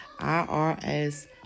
IRS